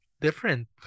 different